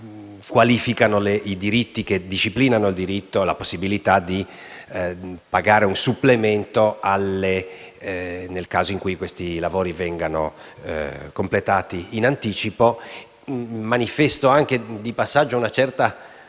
alla lettera che disciplinano la possibilità di pagare un supplemento nel caso in cui questi lavori vengano completati in anticipo. Manifesto anche, di passaggio, una certa